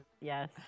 yes